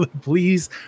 please